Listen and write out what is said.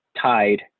tied